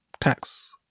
tax